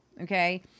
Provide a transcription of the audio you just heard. Okay